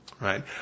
Right